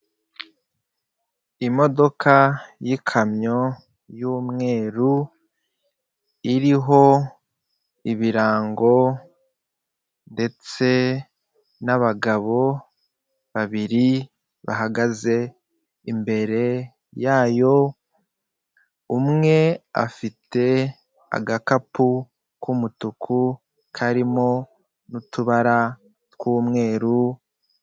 Imodoka y'ikamyo y'umweru iriho ibirango ndetse n'abagabo babiri bahagaze imbere yayo, umwe afite agakapu k'umutuku karimo n'utubara tw'umweru.